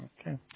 Okay